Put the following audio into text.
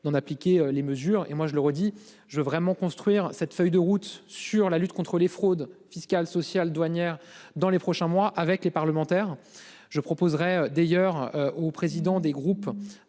d'en appliquer les mesures et moi je le redis je vraiment construire cette feuille de route sur la lutte contre les fraudes fiscales, sociales douanières dans les prochains mois avec les parlementaires. Je proposerai d'ailleurs aux présidents des groupes